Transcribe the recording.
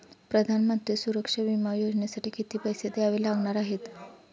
प्रधानमंत्री सुरक्षा विमा योजनेसाठी किती पैसे द्यावे लागणार आहेत?